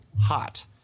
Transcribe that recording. hot